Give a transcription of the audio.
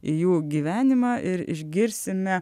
į jų gyvenimą ir išgirsime